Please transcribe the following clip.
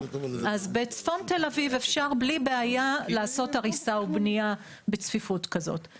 אז בצפון תל אביב אפשר בלי בעיה לעשות הריסה או בנייה בצפיפות כזאת.